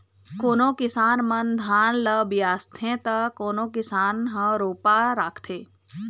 कोनो किसान मन धान ल बियासथे त कोनो किसान ह रोपा राखथे